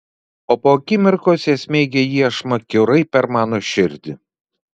o po akimirkos jie smeigia iešmą kiaurai per mano širdį